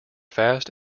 fast